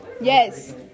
yes